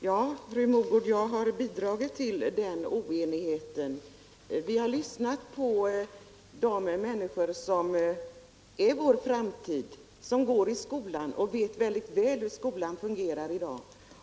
Herr talman! Ja, fru Mogård, jag har bidragit till oenigheten i betygsutredningen. Vi har lyssnat på de människor som är vår framtid, som går i skolan och väl vet hur skolan fungerar i dag.